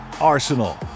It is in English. arsenal